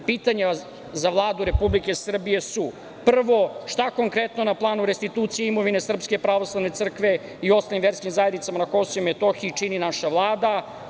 Pitanja za Vladu Republike Srbije su, prvo, šta konkretno na planu restitucije imovine SPC i ostalih verskih zajednica na KiM čini naša Vlada?